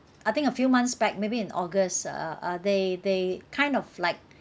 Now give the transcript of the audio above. I think a few months back maybe in august uh uh uh they they kind of like